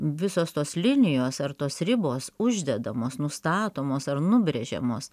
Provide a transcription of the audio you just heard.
visos tos linijos ar tos ribos uždedamos nustatomos ar nubrėžiamos